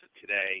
today